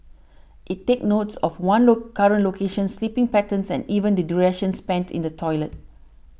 it takes note of one's low current location sleeping patterns and even the duration spent in the toilet